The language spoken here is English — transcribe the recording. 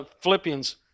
Philippians